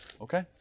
Okay